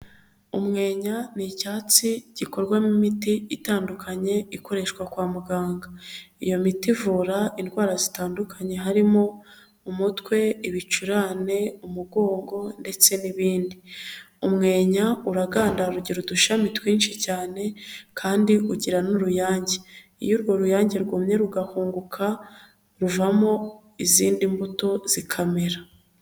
Umwenya ni icyatsi gikorwamo imiti itandukanye ikoreshwa kwa muganga, iyo miti ivura indwara zitandukanye harimo: umutwe, ibicurane, umugongo ndetse n'ibindi. Umwenya uragandara ugira udushami twinshi cyane kandi ugira n'uruyange, iyo urwo ruyange rwumye rugahunguka ruvamo izindi mbuto zikamera.